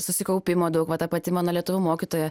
susikaupimo daug va ta pati mano lietuvių mokytoja